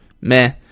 meh